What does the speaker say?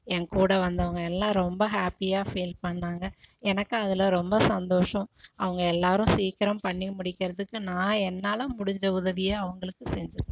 என் கூட வந்தவங்க எல்லாம் ரொம்ப ஹாப்பியாக ஃபீல் பண்ணாங்க எனக்கு அதில் ரொம்ப சந்தோஷம் அவங்க எல்லாரும் சீக்கிரம் பண்ணி முடிக்கறதுக்கு நான் என்னால் முடிஞ்ச உதவியை அவங்களுக்கு செஞ்சு கொடுத்தேன்